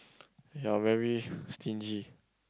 you are very stingy